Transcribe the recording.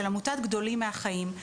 של עמותת "גדולים מהחיים".